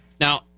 Now